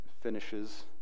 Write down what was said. finishes